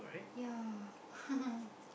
ya